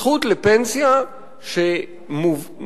זכות לפנסיה שמותנית,